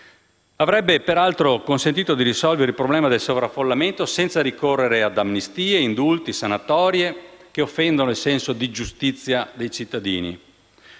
Avrebbe peraltro consentito di risolvere il problema del sovraffollamento senza ricorrere ad amnistie, indulti o sanatorie che offendono il senso di giustizia dei cittadini.